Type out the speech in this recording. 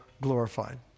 glorified